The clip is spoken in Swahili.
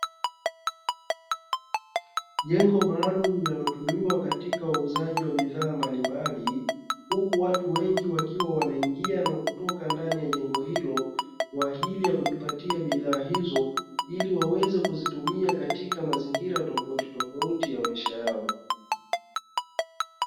Jengo maalumu linalotumiwa katika uuzaji wa bidhaa mbalimbali, huku watu wengi wakiwa wanaingia na kutoka ndani ya jengo hilo kwa ajili ya kujipatia bidhaa hizo, ili waweze kuzitumia katika mazingira tofautitofauti ya maisha yao.